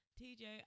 TJ